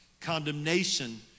Condemnation